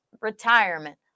retirement